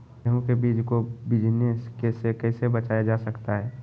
गेंहू के बीज को बिझने से कैसे बचाया जा सकता है?